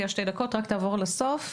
זהו,